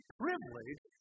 privilege